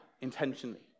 intentionally